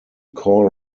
call